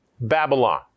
Babylon